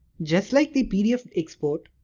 just like the pdf export.